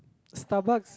Starbucks